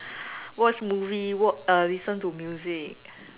watch movie wat~ uh listen to music